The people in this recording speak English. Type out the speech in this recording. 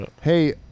Hey